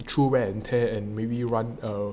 through wear and tear and maybe run um